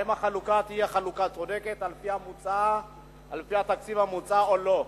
האם החלוקה תהיה חלוקה צודקת על-פי התקציב המוצע או לא.